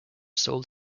sold